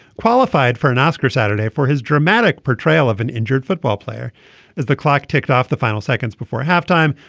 qualified for an oscar saturday for his dramatic portrayal of an injured football player as the clock ticked off the final seconds before halftime.